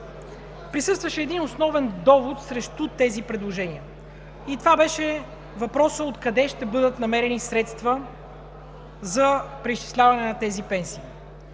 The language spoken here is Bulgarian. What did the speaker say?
присъстваше един основен довод срещу тези предложения. И това беше въпросът: откъде ще бъдат намерени средства за преизчисляване на тези пенсии?